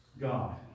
God